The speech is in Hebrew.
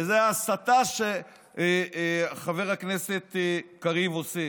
וזו ההסתה שחבר הכנסת קריב עושה.